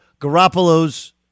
Garoppolo's